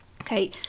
okay